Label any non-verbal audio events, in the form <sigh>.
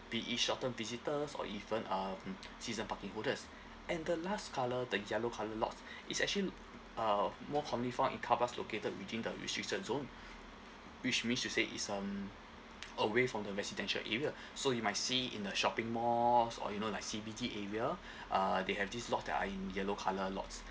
be it short term visitors or even um season parking holders and the last colour the yellow colour lot <breath> it's actually uh more common from in car parks located within the restriction zone <breath> which means to say it's um away from the residential area <breath> so you might see in a shopping malls or you know like city area uh they have this lots that are in yellow colour lots